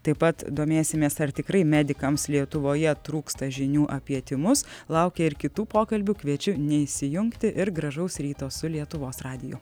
taip pat domėsimės ar tikrai medikams lietuvoje trūksta žinių apie tymus laukia ir kitų pokalbių kviečiu neišsijungti ir gražaus ryto su lietuvos radiju